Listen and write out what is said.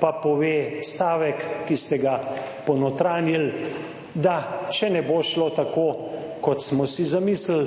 pa pove stavek, ki ste ga ponotranjili, da če ne bo šlo tako kot smo si zamislili,